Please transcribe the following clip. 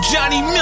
Johnny